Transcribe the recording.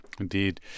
Indeed